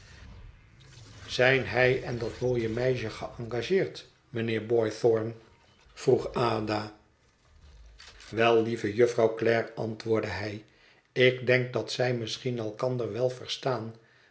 zijn hij en dat mooie meisje geëngageerd mijnheer boythorn vroeg eet veel aten huis ada wel lieve jufvrouw clare antwoordde hij ik denk dat zij misschien elkander wel verstaan